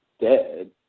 dead